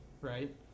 right